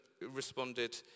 responded